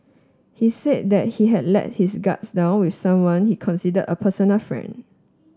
he said that he had let his guards down with someone he considered a personal friend